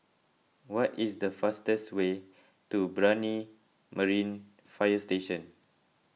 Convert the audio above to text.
what is the fastest way to Brani Marine Fire Station